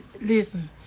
Listen